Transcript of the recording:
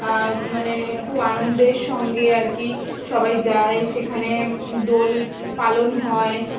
মানে খুব আনন্দের সঙ্গে আর কি সবাই যায় সেখানে দোল পালন হয়